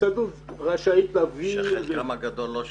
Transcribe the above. ההסתדרות --- שחלקם הגדול לא שלנו,